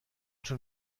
schon